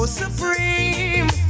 supreme